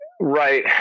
Right